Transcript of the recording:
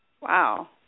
Wow